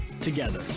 together